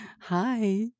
Hi